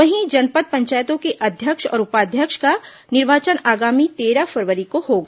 वहीं जनपंद पंचायतों के अध्यक्ष और उपाध्यक्ष का निर्वाचन आगामी तेरह फरवरी को होगा